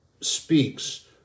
speaks